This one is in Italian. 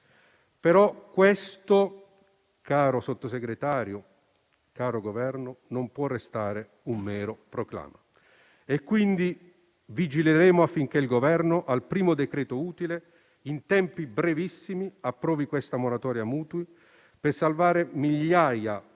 di prestiti e finanziamenti. Però questo non può restare un mero proclama e quindi vigileremo affinché il Governo, al primo decreto utile, in tempi brevissimi, approvi questa moratoria mutui per salvare migliaia